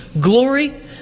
glory